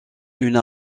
une